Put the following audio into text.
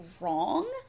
wrong